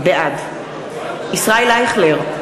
בעד ישראל אייכלר,